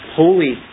holy